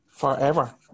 Forever